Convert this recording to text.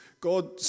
God